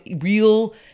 real